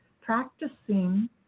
practicing